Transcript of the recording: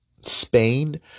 Spain